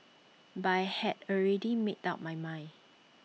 but I had already made up my mind